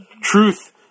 Truth